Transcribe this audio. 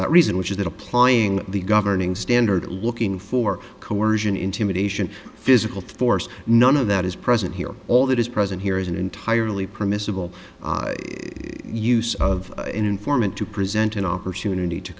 that reason which is that applying the governing standard looking for coersion intimidation physical force none of that is present here all that is present here is an entirely permissible use of an informant to present an opportunity to